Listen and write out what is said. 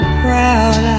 proud